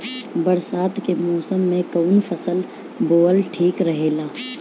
बरसात के मौसम में कउन फसल बोअल ठिक रहेला?